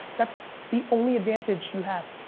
that's the only advantage you have.